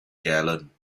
gallant